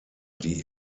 die